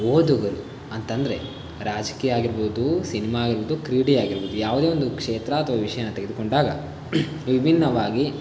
ಓದುಗರು ಅಂತಂದರೆ ರಾಜಕೀಯ ಆಗಿರಬಹುದು ಸಿನಿಮಾ ಆಗಿರ್ಬೋದು ಕ್ರೀಡೆಯಾಗಿರ್ಬೋದು ಯಾವುದೇ ಒಂದು ಕ್ಷೇತ್ರ ಅಥವಾ ವಿಷಯನ ತೆಗೆದುಕೊಂಡಾಗ ವಿಭಿನ್ನವಾಗಿ